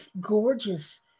gorgeous